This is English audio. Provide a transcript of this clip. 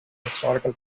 historical